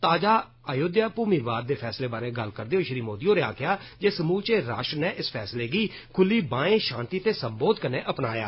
ताजा अयोध्या भूमि विवाद दे फैसले बारै गल्ल करदे होई श्री मोदी होरें आक्खेआ जे समूलवै राष्ट्र नै इस फैसले गी खुल्ली बाहें शांति ते सम्बोध कन्नै अपनाया